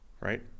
right